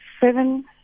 seven